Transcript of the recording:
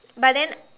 but then